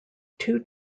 two